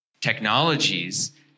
technologies